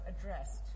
addressed